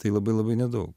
tai labai labai nedaug